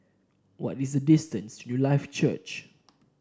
what is the distance Newlife Church